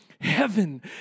heaven